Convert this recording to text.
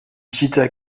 cita